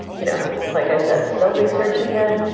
you know, like i said, still researching it,